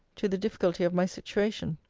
to the difficulty of my situation.